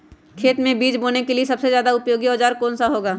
खेत मै बीज बोने के लिए सबसे ज्यादा उपयोगी औजार कौन सा होगा?